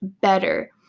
better